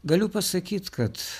galiu pasakyt kad